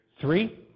Three